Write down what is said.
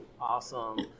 Awesome